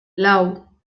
lau